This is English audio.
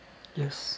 yes